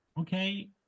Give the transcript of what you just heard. Okay